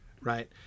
right